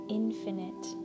infinite